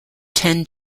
ten